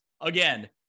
Again